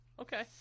okay